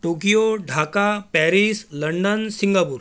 Tokyo Dhaka Paris London Singapore